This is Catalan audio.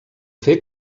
fer